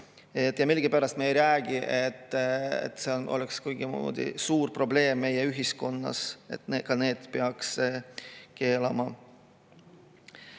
Millegipärast me ei räägi, et see oleks kuidagimoodi suur probleem meie ühiskonnas ja et ka need peaks keelama. Mis